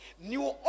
new